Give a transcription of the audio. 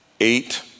eight